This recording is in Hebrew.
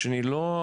השני לא,